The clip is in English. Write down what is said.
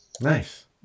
Nice